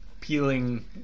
peeling